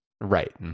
Right